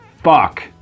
Fuck